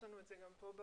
יש לנו את זה גם בטאבלט.